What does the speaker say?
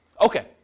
okay